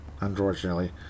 unfortunately